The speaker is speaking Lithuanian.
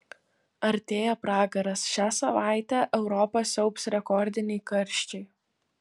artėja pragaras šią savaitę europą siaubs rekordiniai karščiai